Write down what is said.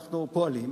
אנחנו פועלים,